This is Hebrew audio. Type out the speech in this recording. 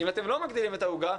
אם אתם לא מגדילים את העוגה,